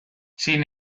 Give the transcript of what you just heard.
sin